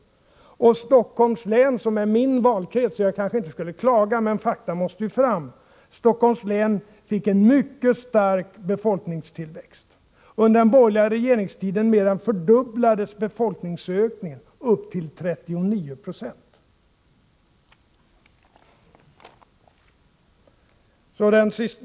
Stockholms län, som är min valkrets — jag skall kanske inte klaga, men fakta måste ju framläggas — fick en mycket stark befolkningstillväxt. Under den borgerliga regeringstiden mer än fördubblades befolkningsökningen, med uppemot 39 96.